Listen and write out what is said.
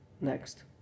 next